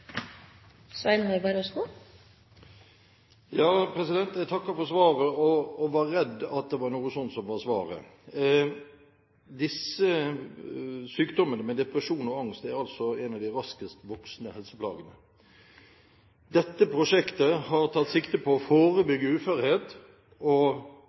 Jeg takker for svaret, men var redd for at det var noe sånt som var svaret. Disse sykdommene med depresjon og angst er en av de raskest voksende helseplagene. Dette prosjektet har tatt sikte på å